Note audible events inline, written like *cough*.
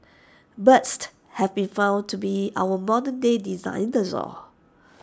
burst have been found to be our modern day *unintelligible*